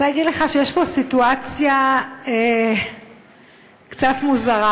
אני רוצה להגיד לך שיש פה סיטואציה קצת מוזרה.